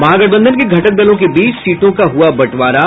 महागठबंधन के घटक दलों के बीच सीटों का हुआ बंटवारा